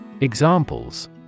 Examples